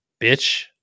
bitch